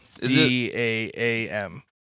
D-A-A-M